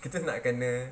kita nak kena